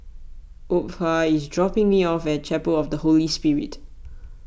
Opha is dropping me off at Chapel of the Holy Spirit